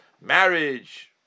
Marriage